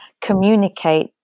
communicate